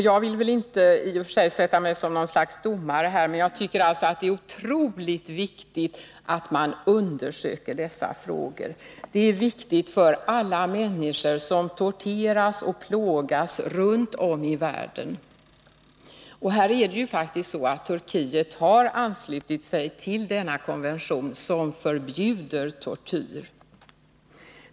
Jag villi och för sig inte sätta mig som något slags domare här, men jag tycker att det är otroligt viktigt att man undersöker dessa frågor. Det är viktigt för alla människor som torteras och plågas runt om i världen. Det är ju faktiskt också så att Turkiet har anslutit sig till denna konvention, som förbjuder tortyr.